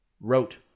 wrote